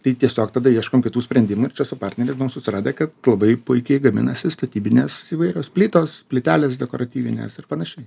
tai tiesiog tada ieškom kitų sprendimų ir čia su partneriais buvom susiradę kad labai puikiai gaminasi statybinės įvairios plytos plytelės dekoratyvinės ir panašiai